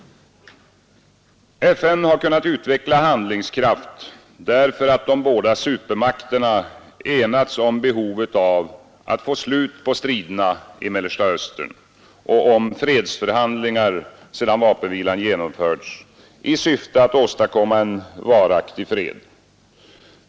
FN har kunnat utveckla handlingskraft därför att de båda supermakterna enats om behovet av ett slut på striderna i Mellersta Östern och om förhandlingar, sedan vapenvilan genomförts, i syfte att åstadkomma en varaktig fred.